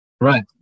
Right